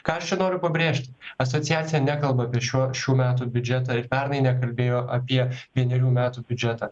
ką aš čia noriu pabrėžti asociacija nekalba apie šiuo šių metų biudžetą ir pernai nekalbėjo apie vienerių metų biudžetą